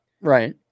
Right